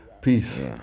peace